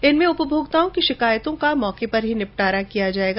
इनमें उपभोक्ताओं की शिकायतों का मौके पर ही निस्तारण किया जाएगा